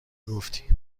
گفتی